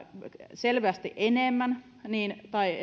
selvästi enemmän tai